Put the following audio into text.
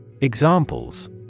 Examples